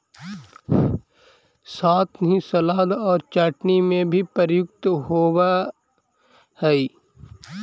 साथ ही सलाद और चटनी में भी प्रयुक्त होवअ हई